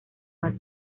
más